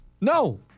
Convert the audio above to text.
No